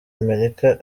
amerika